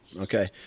Okay